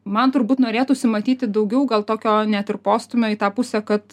man turbūt norėtųsi matyti daugiau gal tokio net ir postūmio į tą pusę kad